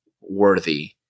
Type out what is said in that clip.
worthy